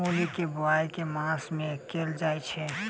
मूली केँ बोआई केँ मास मे कैल जाएँ छैय?